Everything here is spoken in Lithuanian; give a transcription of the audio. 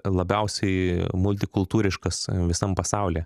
labiausiai multikultūriškas visam pasaulyje